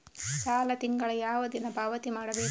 ಸಾಲ ತಿಂಗಳ ಯಾವ ದಿನ ಪಾವತಿ ಮಾಡಬೇಕು?